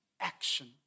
action